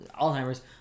alzheimer's